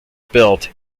built